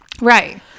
Right